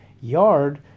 yard